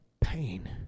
pain